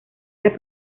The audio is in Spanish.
las